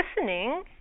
listening